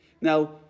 Now